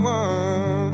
one